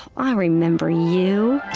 ah, i remember you.